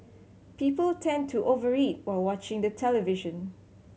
people tend to over eat while watching the television